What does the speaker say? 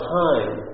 time